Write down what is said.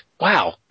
wow